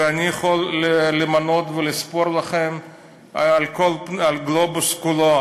ואני יכול למנות ולספור לכם על הגלובוס כולו,